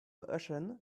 ocean